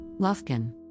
Lufkin